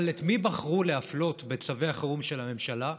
אבל את מי בחרו להפלות בצווי החירום של הממשלה?